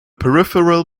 peripheral